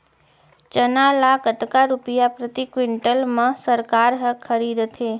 चना ल कतका रुपिया प्रति क्विंटल म सरकार ह खरीदथे?